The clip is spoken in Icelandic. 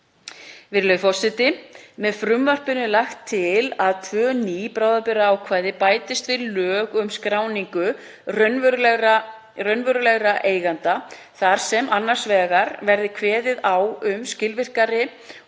Virðulegur forseti. Með frumvarpinu er lagt til að tvö ný bráðabirgðaákvæði bætist við lög um skráningu raunverulegra eigenda þar sem annars vegar verður kveðið á um skilvirkari úrræði fyrir